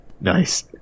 nice